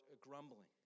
grumbling